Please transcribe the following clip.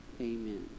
Amen